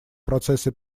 процесса